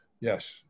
Yes